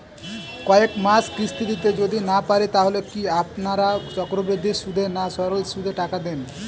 কয়েক মাস কিস্তি দিতে যদি না পারি তাহলে কি আপনারা চক্রবৃদ্ধি সুদে না সরল সুদে টাকা দেন?